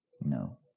No